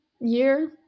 year